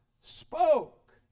spoke